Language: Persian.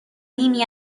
نیمی